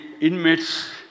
inmates